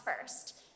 first